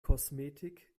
kosmetik